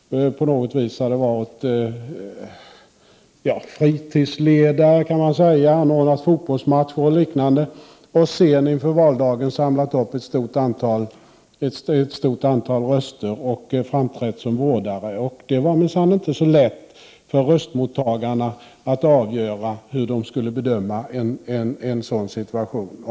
Vi hade ett fall för några år sedan då det var en person som hade varit fritidsledare, kan man säga = han hade ordnat fotbollsmatcher och liknande — och som inför valdagen hade samlat upp ett stort antal röster och framträtt som vårdare. Det var minsann inte så lätt för röstmottagarna att avgöra hur de skulle bedöma den situationen.